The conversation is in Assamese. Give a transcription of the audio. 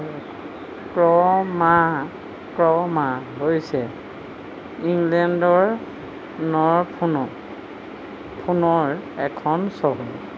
ক্ৰ'মা ক্ৰ'মা হৈছে ইংলেণ্ডৰ নৰফোনৰ এখন চহৰ